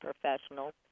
Professionals